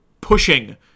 pushing